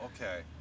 okay